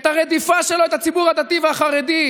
את הרדיפה שלו את הציבור הדתי והחרדי,